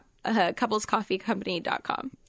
Couplescoffeecompany.com